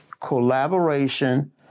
collaboration